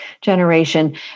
generation